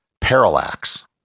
parallax